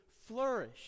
flourish